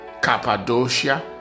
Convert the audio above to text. Cappadocia